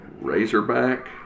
Razorback